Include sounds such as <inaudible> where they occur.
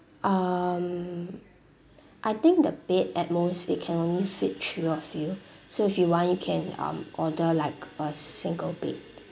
um I think the bed at most it can only fit three of you <breath> so if you want can um order like a single bed